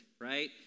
right